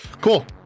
Cool